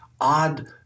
odd